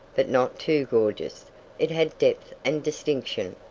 but not too gorgeous it had depth and distinction.